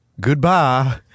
Goodbye